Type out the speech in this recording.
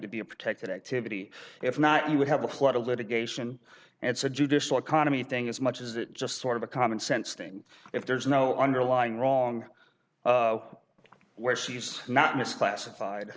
to be a protected activity if not you would have a lot of litigation and it's a judicial economy thing as much as it just sort of a common sense thing if there's no underlying wrong where she's not misclassified